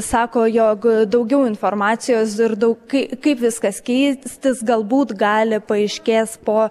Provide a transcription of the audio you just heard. sako jog daugiau informacijos ir daug kai kaip viskas keistis galbūt gali paaiškės po